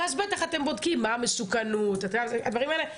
ואז בטח אתם בודקים מה המסוכנות ואת הדברים האלה,